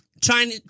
China